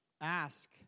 Ask